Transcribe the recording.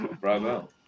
Bravo